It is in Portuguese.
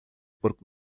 porque